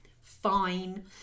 fine